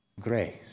grace